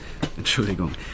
Entschuldigung